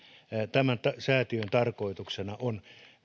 tämän säätiön tarkoituksena on